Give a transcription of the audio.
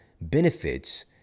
benefits